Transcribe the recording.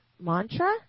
mantra